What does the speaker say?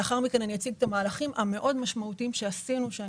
לאחר מכן אני אציג את המהלכים המאוד משמעותיים שעשינו בשנים האחרונות